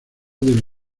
del